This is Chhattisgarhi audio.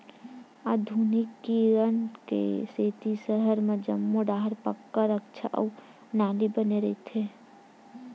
आधुनिकीकरन के सेती सहर म जम्मो डाहर पक्का रद्दा अउ नाली बने रहिथे